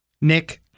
Nick